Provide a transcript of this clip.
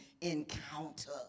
encounter